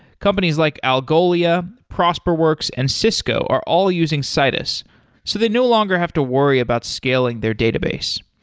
companies like algolia, prosperworks and cisco are all using citus so they no longer have to worry about scaling their database.